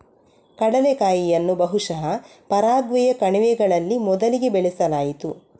ಕಡಲೆಕಾಯಿಯನ್ನು ಬಹುಶಃ ಪರಾಗ್ವೆಯ ಕಣಿವೆಗಳಲ್ಲಿ ಮೊದಲಿಗೆ ಬೆಳೆಸಲಾಯಿತು